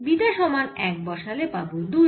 beta সমান এক বসালে পাবো দুই